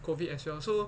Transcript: COVID as well so